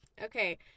Okay